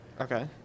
Okay